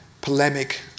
polemic